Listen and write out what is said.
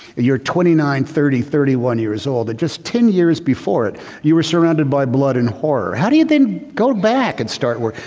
you're twenty nine, thirty, thirty one years old at just ten years before it you were surrounded by blood and horror. how do you then go back and start work?